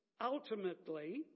ultimately